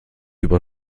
über